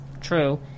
true